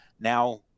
now